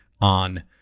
on